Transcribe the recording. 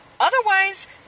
Otherwise